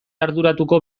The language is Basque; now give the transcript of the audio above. arduratuko